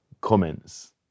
comments